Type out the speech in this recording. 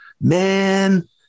man